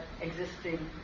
existing